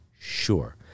Sure